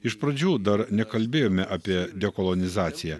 iš pradžių dar nekalbėjome apie dekolonizaciją